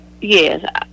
Yes